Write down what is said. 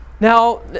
Now